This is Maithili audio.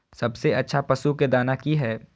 सबसे अच्छा पशु के दाना की हय?